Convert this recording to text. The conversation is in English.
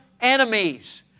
enemies